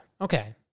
Okay